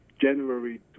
January